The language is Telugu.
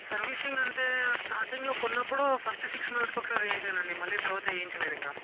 సర్వీసింగ్ అంటే స్టార్టింగ్లో కొన్నప్పుడు ఫస్ట్ సిక్స్ మంత్స్కి ఒకసారి వేయించాను అండి మళ్ళీ తర్వాత వేయించలేదు ఇంకా